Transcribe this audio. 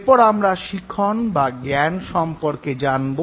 এরপর আমরা শিক্ষণ বা জ্ঞান সম্পর্কে জানব